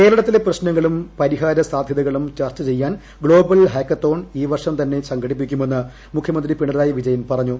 കേരളത്തിലെ പ്രശ്നങ്ങളും പരിഹാരസാധ്യതകളും പ്രഖ്ചചെയ്യാൻ കേരളത്തല ഹാക്കത്തോൺ ഈ വർഷം തന്നെ സുഷ്ലടിപ്പിക്കുമെന്ന് മുഖ്യമന്ത്രി പിണറായി വിജയൻ പറഞ്ഞു